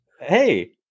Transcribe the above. hey